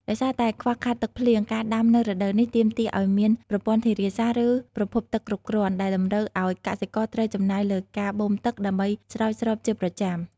ដោយសារតែខ្វះខាតទឹកភ្លៀង ការដាំនៅរដូវនេះទាមទារឱ្យមានប្រព័ន្ធធារាសាស្ត្រ ឬ ប្រភពទឹកគ្រប់គ្រាន់ ដែលតម្រូវឱ្យកសិករត្រូវចំណាយលើការបូមទឹកដើម្បីស្រោចស្រពជាប្រចាំ។